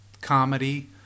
comedy